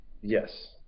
yes